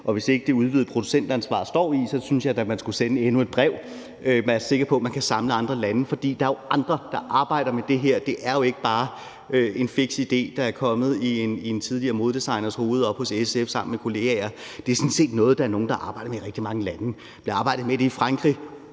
Og hvis ikke det udvidede producentansvar står i det, synes jeg da man skulle sende endnu et brev, så man kan være sikker på, at man kan samle andre lande. For der er jo andre, der arbejder med det her; det er jo ikke bare en fiks idé, der er kommet i en tidligere modedesigners hoved oppe hos SF sammen med kollegaer. Det er sådan set noget, der er nogle, der arbejder med i rigtig mange lande. Man arbejder med det blandt